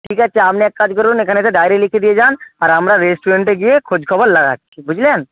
ঠিক আছে আপনি এক কাজ করুন এখানে এসে ডায়রি লিখিয়ে দিয়ে যান আর আমরা রেস্টুরেন্টে গিয়ে খোঁজ খবর লাগাচ্ছি বুঝলেন